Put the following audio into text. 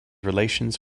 relations